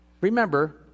Remember